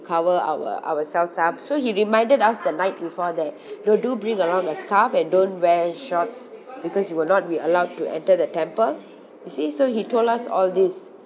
cover our~ ourselves up so he reminded us the night before that you know do do bring around a scarf and don't wear shorts because you will not be allowed to enter the temple you see so he told us all these